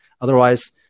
otherwise